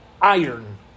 iron